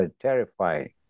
terrifying